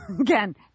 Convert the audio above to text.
again